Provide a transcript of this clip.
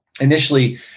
initially